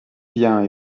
bien